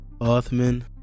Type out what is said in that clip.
Othman